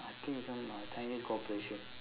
I think some uh chinese corporation